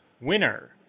winner